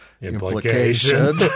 implication